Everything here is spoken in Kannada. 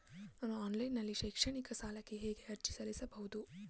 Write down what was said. ನಾನು ಆನ್ಲೈನ್ ನಲ್ಲಿ ಶೈಕ್ಷಣಿಕ ಸಾಲಕ್ಕೆ ಹೇಗೆ ಅರ್ಜಿ ಸಲ್ಲಿಸಬಹುದು?